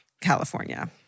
California